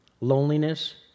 loneliness